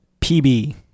PB